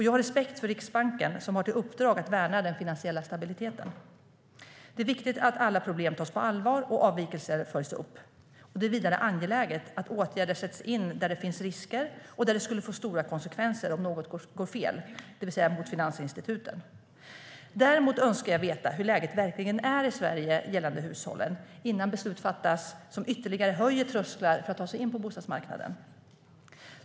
Jag har respekt för Riksbanken, som har i uppdrag att värna den finansiella stabiliteten. Det är viktigt att alla problem tas på allvar och att avvikelser följs upp. Det är vidare angeläget att åtgärder sätts in där det finns risker och där det skulle få stora konsekvenser om något gick fel, det vill säga mot finansinstituten. Däremot önskar jag veta hur läget verkligen är i Sverige gällande hushållen innan beslut fattas som ytterligare höjer trösklar för att ta sig in på bostadsmarknaden.